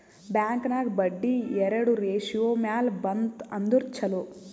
bank ನಾಗ್ ಬಡ್ಡಿ ಎರಡು ratio ಮ್ಯಾಲ ಬಂತ್ ಅಂದುರ್ ಛಲೋ